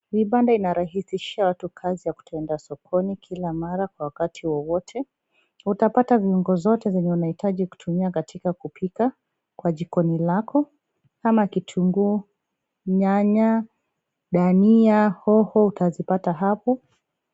Vibanda inarahisishia watu kazi ya kutoenda sokoni kila mara kwa wakati wowote, utapata viungo zote zenye unahitaji kutumia katika kupika, kwa jikoni lako, ama kitunguu, nyanya, dania, hoho utazipata hapo.